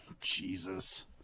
Jesus